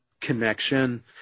connection